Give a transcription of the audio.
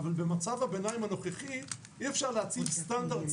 אבל במצב הביניים הנוכחי אי אפשר להציב סטנדרט